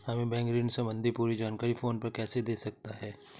हमें बैंक ऋण संबंधी पूरी जानकारी फोन पर कैसे दे सकता है?